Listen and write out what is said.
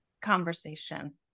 conversation